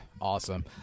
Awesome